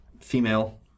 female